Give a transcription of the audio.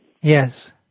Yes